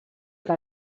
que